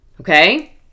Okay